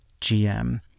GM